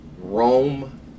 Rome